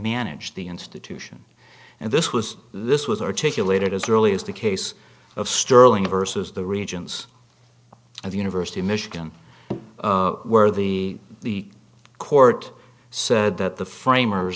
manage the institution and this was this was articulated as early as the case of sterling vs the regions of the university of michigan where the the court said that the frame